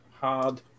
hard